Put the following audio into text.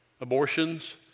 abortions